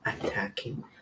attacking